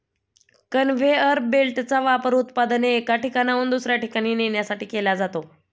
conveyor बेल्टचा वापर उत्पादने एका ठिकाणाहून दुसऱ्या ठिकाणी नेण्यासाठी केला जातो